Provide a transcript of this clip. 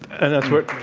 and that's what